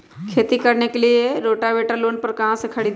खेती करने के लिए रोटावेटर लोन पर कहाँ से खरीदे?